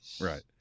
right